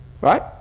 Right